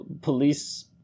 police